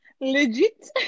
legit